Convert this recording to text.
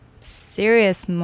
serious